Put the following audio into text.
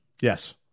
Yes